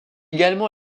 également